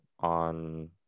on